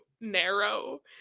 narrow